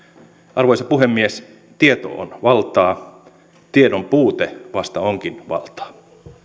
arvoisa puhemies tieto on valtaa tiedon puute vasta onkin valtaa